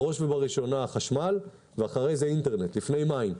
בראש ובראשונה חשמל ואחרי זה אינטרנט, לפני המים.